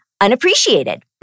unappreciated